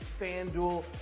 FanDuel